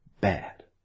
bad